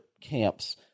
camps